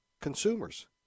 consumers